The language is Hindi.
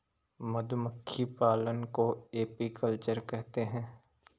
मधुमक्खी पालन को एपीकल्चर कहते है